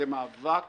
זה מאבק